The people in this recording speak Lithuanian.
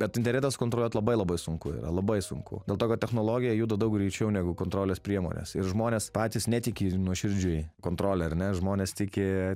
bet internetą sukontroliuot labai labai sunku yra labai sunku dėl to kad technologija juda daug greičiau negu kontrolės priemonės ir žmonės patys netiki ir nuoširdžiai kontrole ar ne žmonės tiki